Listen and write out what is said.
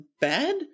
bad